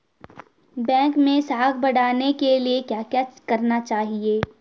Bank मैं साख बढ़ाने के लिए क्या क्या करना चाहिए?